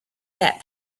that